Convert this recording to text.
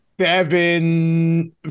Seven